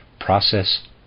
process